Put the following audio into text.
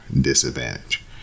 disadvantage